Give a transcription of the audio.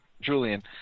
Julian